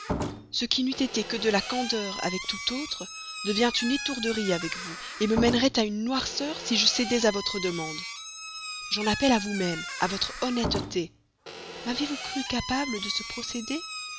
ce qui n'eût été que de la candeur avec tout autre devient une étourderie avec vous me mènerait à une noirceur si je cédais à votre demande j'en appelle à vous-même à votre honnêteté m'avez-vous cru capable de ce procédé